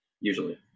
usually